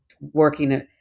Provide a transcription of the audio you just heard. working